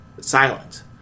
silence